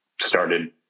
started